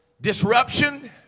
disruption